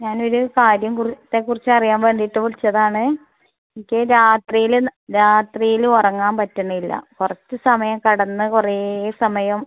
ഞാനൊരു കാര്യം കുർ ത്തെക്കുറിച്ചറിയാൻ വേണ്ടിയിട്ട് വിളിച്ചതാണ് എനിക്ക് രാത്രിയിൽ രാത്രിയിൽ ഉറങ്ങാൻ പറ്റുന്നില്ല കുറച്ച് സമയം കിടന്ന് കുറേ സമയം